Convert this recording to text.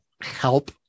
help